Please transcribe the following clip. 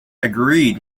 agreed